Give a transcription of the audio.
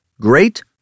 great